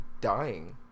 dying